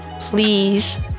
please